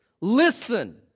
Listen